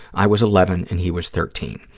i was eleven and he was thirteen.